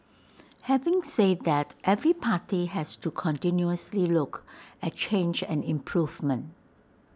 having say that every party has to continuously look at change and improvement